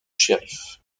shérif